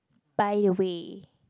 by the way